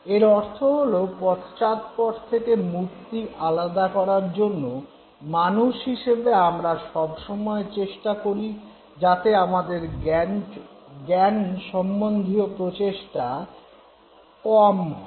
এর অর্থ হল পশ্চাৎপট থেকে মূর্তি আলাদা করার জন্য মানুষ হিসেবে আমরা সব সময়ে চেষ্টা করি যাতে আমাদের জ্ঞানসম্বন্ধীয় প্রচেষ্টা কম হয়